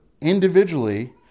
individually